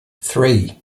three